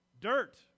dirt